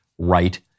right